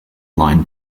line